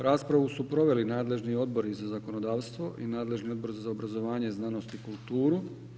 Raspravu su proveli nadležni Odbori za zakonodavstvo i nadležni Odbor za obrazovanje, znanost i kulturu.